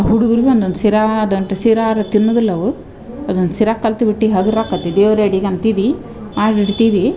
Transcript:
ಹುಡುಗುರ್ಗ ಒನ್ನೊಂದು ಸಿರಾ ದಂಟು ಸಿರಾ ಅರು ತಿನ್ನುದಿಲ್ಲ ಅವು ಅದೊಂದು ಸಿರ ಕಲ್ತ ಬಿಟ್ಟಿ ಹಗುರ ಆಕತ್ತಿ ದೇವ್ರ ಎಡಿಗೆ ಅಂತಿದ್ದಿ ಆಡು ಇಡ್ತಿದಿ